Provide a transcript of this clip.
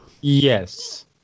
Yes